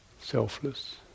selfless